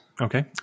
Okay